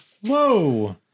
Whoa